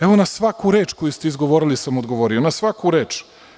Evo na svaku reč koju ste izgovorili sam odgovorio, na svaku reč.